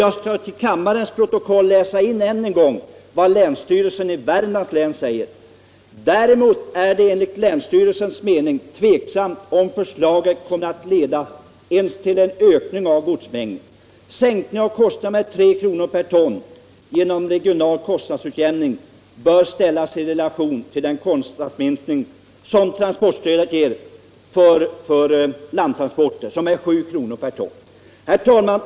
Jag skall till kammarens protokoll 209 läsa in än en gång vad länsstyrelsen i Värmlands län säger: Däremot är det enligt länsstyrelsens mening tveksamt om förslaget kommer att leda ens till en ökning av godsmängden. Sänkningen av kostnaden med 3 kr. per ton genom regional kostnadsutjämning bör ställas i relation till den kostnadsminskning som transportstödet ger för landtransporter som är 7 kr. per ton. Herr talman!